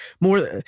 more